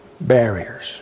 barriers